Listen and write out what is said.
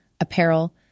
apparel